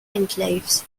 enclaves